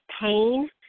pain